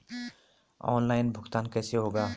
Online भुगतान कैसे होगा?